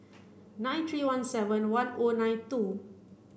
nine three one seven one O nine two